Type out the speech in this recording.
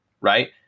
right